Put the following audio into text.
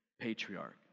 patriarch